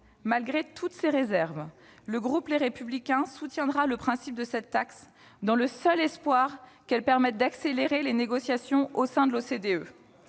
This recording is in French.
malgré toutes ces réserves, le groupe Les Républicains soutiendra le principe de cette taxe, ... Très bien !... dans le seul espoir qu'elle permette d'accélérer les négociations au sein de l'OCDE.